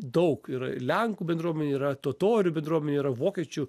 daug yra ir lenkų bendruomenė yra totorių bendruomenė yra vokiečių